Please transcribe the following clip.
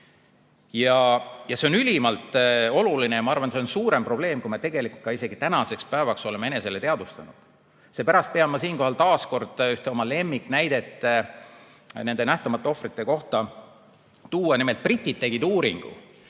See on ülimalt oluline ja ma arvan, et see on suurem probleem, kui me tegelikult ka isegi tänaseks päevaks oleme enesele teadvustanud. Seepärast pean ma siinkohal taas kord ühte oma lemmiknäidet nende nähtamatute ohvrite kohta tooma. Nimelt, britid tegid uuringu,